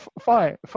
fine